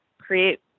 create